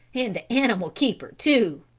and the animal keeper, too,